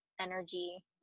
energy